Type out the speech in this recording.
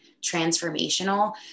transformational